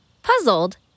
Puzzled